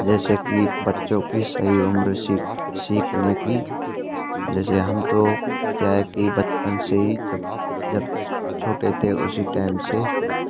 जैसे कि बच्चों की सही उम्र सीखने की जैसे हम तो क्या है की बचपन से ही जब छोटे थे उसी टाइम से